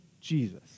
Jesus